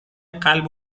قلب